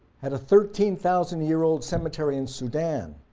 at a thirteen thousand year old cemetery in sudan,